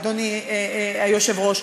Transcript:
אדוני היושב-ראש.